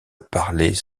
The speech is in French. parlais